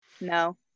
no